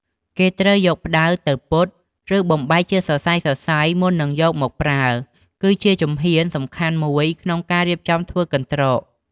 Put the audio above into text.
គេត្រូវយកផ្ដៅទៅពត់ ឬបំបែកជាសរសៃៗមុននឹងយកមកប្រើ គឺជាជំហានសំខាន់មួយក្នុងការរៀបចំធ្វើកន្រ្តក។